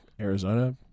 Arizona